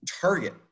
target